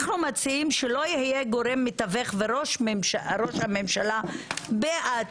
אנחנו מציעים שלא יהיה גורם מתווך וראש הממשלה בעצמו,